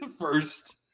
first